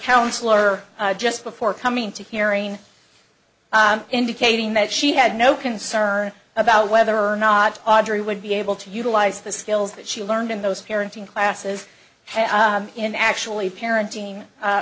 counselor just before coming to hearing indicating that she had no concern about whether or not audrey would be able to utilize the skills that she learned in those parenting classes and in actually parenting